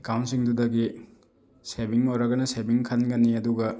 ꯑꯦꯀꯥꯎꯟꯁꯤꯡꯗꯨꯗꯒꯤ saving ꯑꯣꯏꯔꯒꯅ saving ꯈꯟꯒꯅꯤ ꯑꯗꯨꯒ